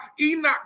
Enoch